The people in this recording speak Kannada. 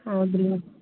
ಹೌದಾ ರೀ